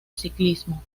ciclismo